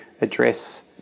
address